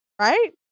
right